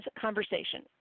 conversation